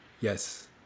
Yes